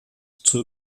zur